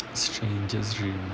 strangest dream ah